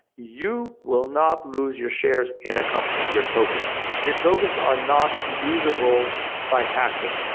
you will not lose your shares in a company, your tokens. your tokens are not losable by hacking.